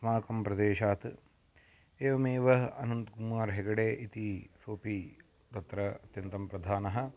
अस्माकं प्रदेशात् एवमेव अनन्त्कुमार् हेगडे इति सोपि तत्र अत्यन्तं प्रधानः